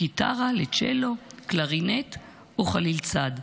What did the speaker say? גיטרה, צ'לו, קלרינט או חליל צד,